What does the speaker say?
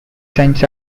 signs